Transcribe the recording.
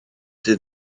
sydd